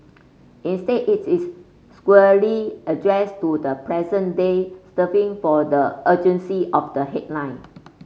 instead it is squarely addressed to the present day stir for the urgency of the headline